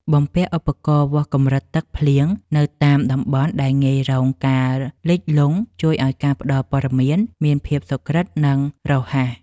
បំពាក់ឧបករណ៍វាស់កម្រិតទឹកភ្លៀងនៅតាមតំបន់ដែលងាយរងការលិចលង់ជួយឱ្យការផ្តល់ព័ត៌មានមានភាពសុក្រឹតនិងរហ័ស។